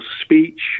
speech